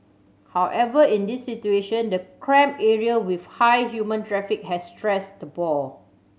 however in this situation the cramped area with high human traffic had stressed the boar